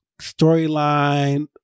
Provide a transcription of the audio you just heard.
storyline